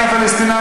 אני מבקש להסביר.